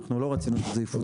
אנחנו לא רצינו שזה יפוצל.